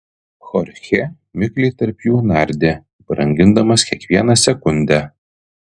chorchė mikliai tarp jų nardė brangindamas kiekvieną sekundę